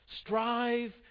strive